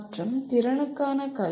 மற்றும் திறனுக்கான கல்வி